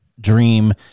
dream